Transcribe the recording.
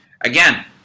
Again